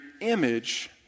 image